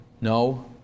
No